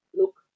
look